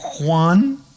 Juan